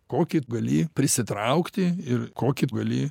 kokį gali prisitraukti ir kokį gali